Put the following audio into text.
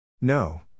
No